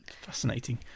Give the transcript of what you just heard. Fascinating